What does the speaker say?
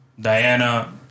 Diana